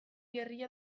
gerrilla